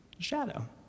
shadow